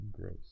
Gross